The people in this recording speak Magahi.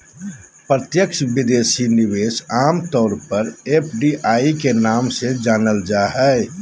प्रत्यक्ष विदेशी निवेश आम तौर पर एफ.डी.आई के नाम से जानल जा हय